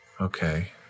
Okay